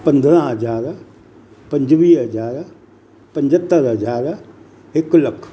पंद्रहां हज़ार पंजवीह हज़ार पंजतरि हज़ार हिकु लख